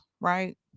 right